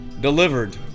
delivered